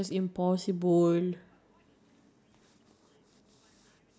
in five years I would like it to I want to be stable